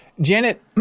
Janet